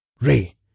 ray